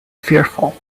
fearful